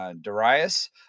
Darius